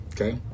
okay